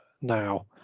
now